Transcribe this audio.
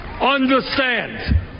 understand